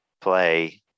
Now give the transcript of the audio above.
play